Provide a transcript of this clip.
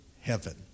heaven